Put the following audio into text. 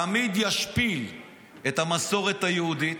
בג"ץ תמיד ישפיל את המסורת היהודית,